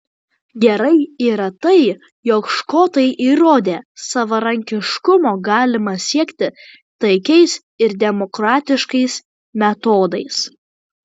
gerai yra tai jog škotai įrodė savarankiškumo galima siekti taikiais ir demokratiškais metodais